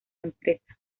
empresa